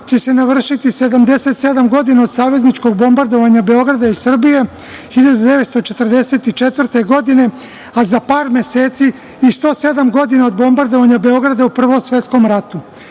će se navršiti 77 godina od savezničkog bombardovanja Beograda i Srbije 1944. godine, a za par meseci i 107 godina od bombardovanja Beograda u Prvom svetskom ratu. Kao